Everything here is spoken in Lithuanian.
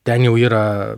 ten jau yra